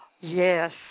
Yes